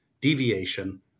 deviation